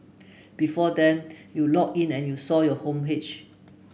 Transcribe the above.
before then you logged in and saw your homepage